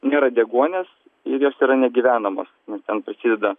nėra deguonies ir jos yra negyvenamos nes ten prasideda